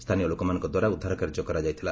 ସ୍ଥାନୀୟ ଲୋକମାନଙ୍କ ଦ୍ୱାରା ଉଦ୍ଧାର କାର୍ଯ୍ୟ କରାଯାଇଥିଲା